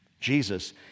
Jesus